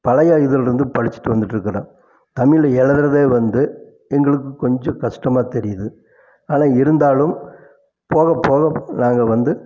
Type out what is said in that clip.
பழைய இதுலிருந்து படிச்சுட்டு வந்துகிட்ருக்கறோம் தமிழில் எழுதுகிறதே வந்து எங்களுக்கு கொஞ்சம் கஷ்டமாக தெரியுது ஆனால் இருந்தாலும் போக போக நாங்கள் வந்து